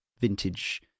vintage